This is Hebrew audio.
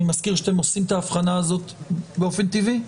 אני מזכיר שאתם עושים את ההבחנה הזאת באופן טבעי,